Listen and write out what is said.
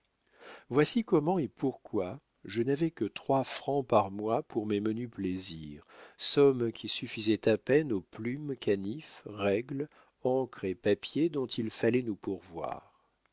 voici comment et pourquoi je n'avais que trois francs par mois pour mes menus plaisirs somme qui suffisait à peine aux plumes canifs règles encre et papier dont il fallait nous pourvoir